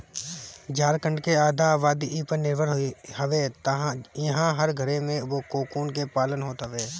झारखण्ड के आधा आबादी इ पर निर्भर हवे इहां हर घरे में कोकून के पालन होत हवे